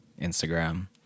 Instagram